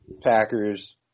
Packers